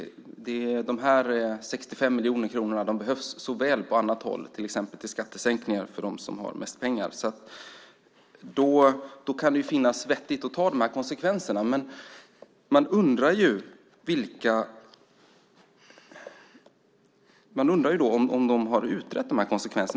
De här 65 miljoner kronorna behövs så väl på annat håll, till exempel till skattesänkningar för dem som har mest pengar. Då kan det vara vettigt att ta de här konsekvenserna. Men man undrar om de här konsekvenserna har utretts.